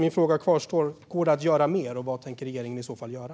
Min fråga kvarstår: Går det att göra mer, och vad tänker regeringen i så fall göra?